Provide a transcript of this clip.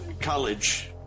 college